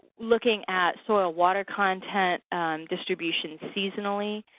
looking at soil water content distribution seasonally,